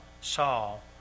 Saul